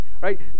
right